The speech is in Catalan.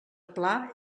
pla